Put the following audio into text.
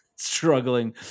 struggling